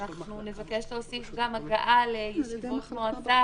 נבקש להוסיף גם הגעה לישיבות מועצה